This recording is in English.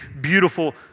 beautiful